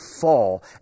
fall